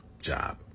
job